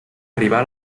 rival